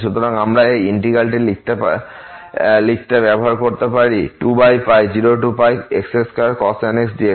সুতরাং আমরা এই ইন্টিগ্র্যালটি লিখতে ব্যবহার করতে পারি 20x2cos nx dx